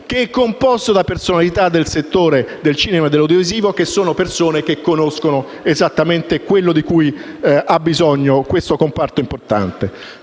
è composto da personalità del settore del cinema e dell'audiovisivo, che conoscono esattamente ciò di cui ha bisogno questo comparto importante.